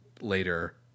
later